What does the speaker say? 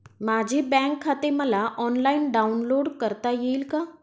माझे बँक खाते मला ऑनलाईन डाउनलोड करता येईल का?